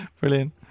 Brilliant